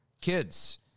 kids